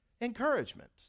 Encouragement